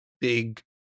big